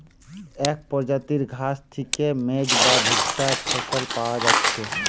এক প্রজাতির ঘাস থিকে মেজ বা ভুট্টা ফসল পায়া যাচ্ছে